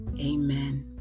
Amen